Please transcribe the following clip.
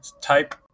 type